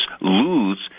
lose